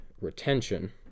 retention